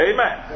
Amen